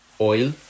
Oil